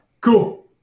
Cool